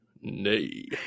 Nay